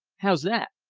how's that?